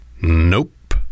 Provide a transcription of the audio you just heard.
Nope